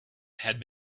had